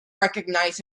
recognize